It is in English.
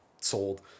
sold